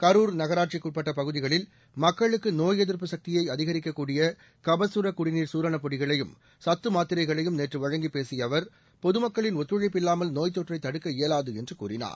களுர் நகராட்சிக்கு உட்பட்ட பகுதிகளில் மக்களுக்கு நோய் எதிர்ப்பு சக்தியை அதிகரிக்கக்கூடிய கபசர குடிநீர் சூரணப் பொடிகளையும் சத்து மாத்திரைகளையும் நேற்று வழங்கிப் பேசிய அவர் பொதுமக்களின் ஒத்துழைப்பு இல்லாமல் நோய்த் தொற்றை தடுக்க இயலாது என்று கூறினார்